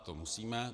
To musíme.